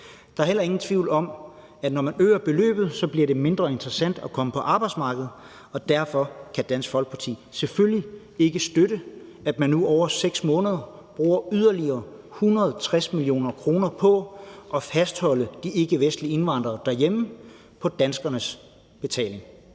Der er heller ingen tvivl om, at når man øger beløbet, så bliver det mindre interessant at komme på arbejdsmarkedet. Og derfor kan Dansk Folkeparti selvfølgelig ikke støtte, at man nu over 6 måneder bruger yderligere 160 mio. kr. på at fastholde de ikkevestlige indvandrere derhjemme på danskernes regning.